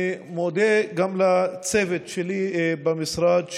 אני מודה גם לצוות שלי במשרד,